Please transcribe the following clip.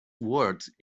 words